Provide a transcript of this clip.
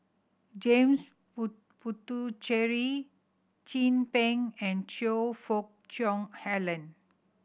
James Puthucheary Chin Peng and Choe Fook Cheong Alan